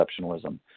exceptionalism